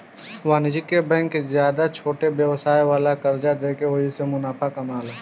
वाणिज्यिक बैंक ज्यादे छोट व्यवसाय वाला के कर्जा देके ओहिसे मुनाफा कामाला